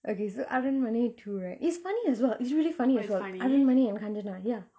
okay so aranmanai two right it's funny as well it's really funny as well aranmanai and kanchana ya